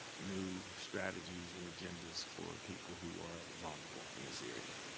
new strategies and agendas for people who are vulnerable in this area.